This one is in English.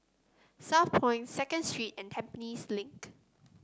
Southpoint Second Street and Tampines Link